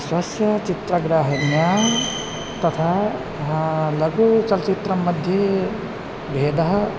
स्वस्य चित्रग्राहण्यां तथा लघुचलच्चित्रम्मध्ये भेदः